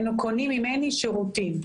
הם קונים ממני שירותים.